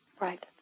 Right